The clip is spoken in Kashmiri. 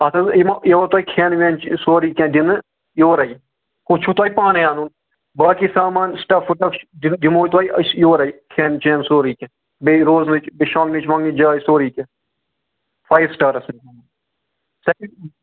اَتھ حظ یِمو یِمو تۄہہِ کھٮ۪ن وٮ۪ن چھُ سورُے کیٚنٛہہ دِنہٕ یورَے ہُہ چھُو تۄہہِ پانَے اَنُن باقٕے سامان ٹَف وٕٹَف دِ دِمو تۄہہِ أسۍ یورَے کھٮ۪ن چٮ۪ن سورُے کیٚنٛہہ بیٚیہِ روزنٕچ بیٚیہِ شۄنٛگنٕچ وۄنٛگنٕچ جاے سورُے کیٚنٛہہ فایِو سِٹارَس